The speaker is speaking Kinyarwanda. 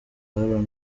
aaron